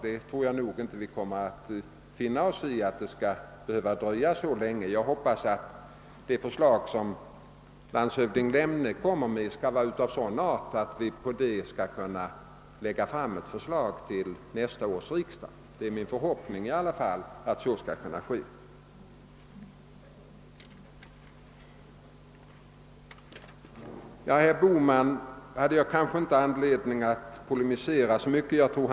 Jag tror inte att vi kommer att finna oss i att vänta så länge, utan jag hoppas att det material som landshövding Lemne kommer att framlägga skall vara av sådan art att vi på grundval av det skall kunna framlägga ett förslag till nästa års riksdag. Det är i alla fall min förhoppning att så skall kunna ske. Herr Bohman har jag kanske inte anledning att polemisera så mycket emot.